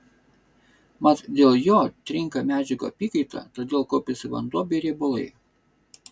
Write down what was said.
mat dėl jo trinka medžiagų apykaita todėl kaupiasi vanduo bei riebalai